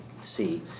see